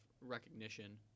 recognition